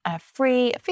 free